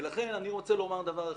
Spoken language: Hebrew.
ולכן, אני רוצה לומר דבר אחד.